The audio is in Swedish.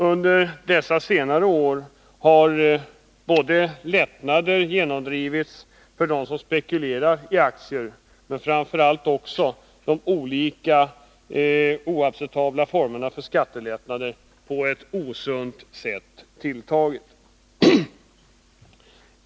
Under dessa senare år har man genomdrivit lättnader för dem som spekulerar i aktier, och över huvud taget har de oacceptabla formerna för skattelättnader på ett osunt sätt tilltagit.